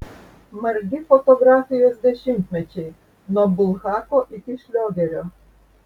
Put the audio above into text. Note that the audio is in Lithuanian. margi fotografijos dešimtmečiai nuo bulhako iki šliogerio